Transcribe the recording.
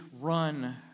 run